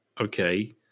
okay